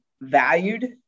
valued